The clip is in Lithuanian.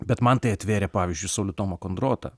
bet man tai atvėrė pavyzdžiui saulių tomą kondrotą